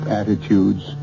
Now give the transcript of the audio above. attitudes